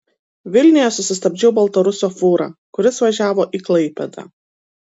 vilniuje susistabdžiau baltarusio fūrą kuris važiavo į klaipėdą